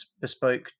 bespoke